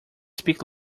speak